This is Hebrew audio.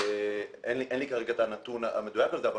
אין לי כרגע את הנתון המדויק הזה אבל